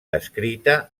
descrita